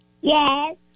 Yes